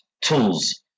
tools